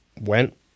went